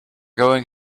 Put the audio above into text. going